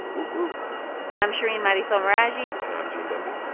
woot, woot i'm shereen marisol meraji and i'm gene demby.